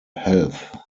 health